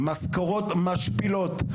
משכורות משפילות.